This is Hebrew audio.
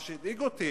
מה שהדאיג אותי,